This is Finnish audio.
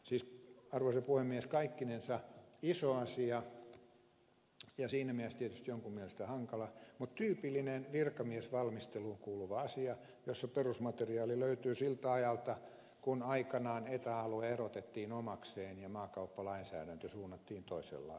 siis arvoisa puhemies kaikkinensa iso asia ja siinä mielessä tietysti jonkun mielestä hankala mutta tyypillinen virkamiesvalmisteluun kuuluva asia jossa perusmateriaali löytyy siltä ajalta kun aikanaan eta alue erotettiin omakseen ja maakauppalainsäädäntö suunnattiin toisella lailla